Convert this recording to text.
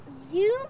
Zoom